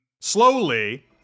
slowly